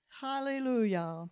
Hallelujah